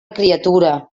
criatura